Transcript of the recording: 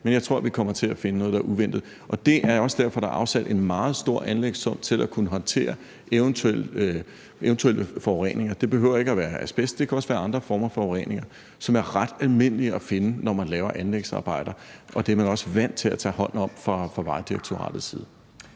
men jeg tror, vi kommer til at finde noget, der er uventet. Og det er også derfor, der er afsat en meget stor anlægssum til at kunne håndtere eventuelle forureninger. Det behøver ikke at være asbest. Det kan også være andre former for forurening, som det er ret almindeligt at finde, når man laver anlægsarbejder, og det er man også vant til at tage hånd om fra Vejdirektoratets side.